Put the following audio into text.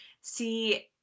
see